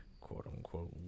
quote-unquote